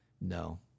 No